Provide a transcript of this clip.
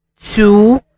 two